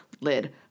lid